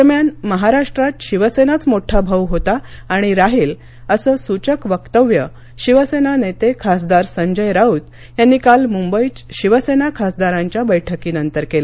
दरम्यान महाराष्ट्रात शिवसेनाच मोठा भाऊ होता आणि राहील असं सूचक वक्तव्य शिवसेना नेते खासदार संजय राऊत यांनी काल मुंबईत शिवसेना खासदारांच्या बैठकीनंतर केलं